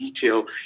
detail